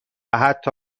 حتی